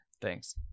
Thanks